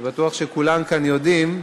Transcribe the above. אני בטוח שכולם כאן יודעים,